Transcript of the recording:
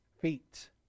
feet